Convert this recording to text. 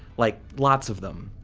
like lots of them.